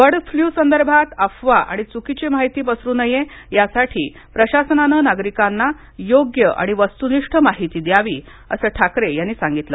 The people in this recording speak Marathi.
बर्ड फ्लुसंदर्भात अफवा आणि च्रकीची माहिती पसरू नये यासाठी प्रशासनाने नागरिकांना योग्य आणि वस्तूनिष्ठ माहिती द्यावी असं ठाकरे यांनी सांगितलं